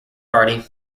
party